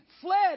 fled